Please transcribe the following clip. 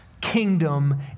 kingdom